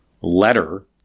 letter